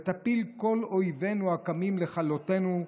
ותפיל כל אויבינו הקמים לכלותנו,